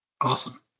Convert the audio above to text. Awesome